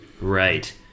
Right